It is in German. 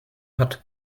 hat